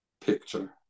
picture